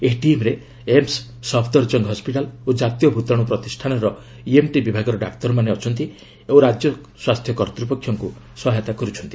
ଏହି ଟିମ୍ରେ ଏମ୍ସ୍ ସଫଦରଜଙ୍ଗ୍ ହସ୍କିଟାଲ୍ ଓ ଜାତୀୟ ଭୂତାଣୁ ପ୍ରତିଷ୍ଠାନର ଇଏମ୍ଟି ବିଭାଗର ଡାକ୍ତରମାନେ ଅଛନ୍ତି ଓ ରାଜ୍ୟ ସ୍ୱାସ୍ଥ୍ୟ କର୍ତ୍ତ୍ପକ୍ଷଙ୍କୁ ସହାୟତା କରୁଛନ୍ତି